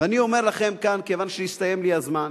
ואני אומר לכם כאן, כיוון שנסתיים לי הזמן,